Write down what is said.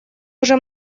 уже